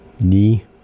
knee